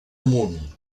amunt